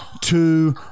two